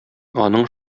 аның